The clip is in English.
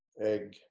egg